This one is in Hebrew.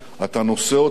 אתה נושא אותם